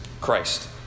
Christ